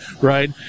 right